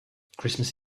christmas